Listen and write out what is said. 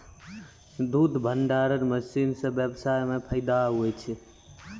दुध भंडारण मशीन से व्यबसाय मे फैदा हुवै छै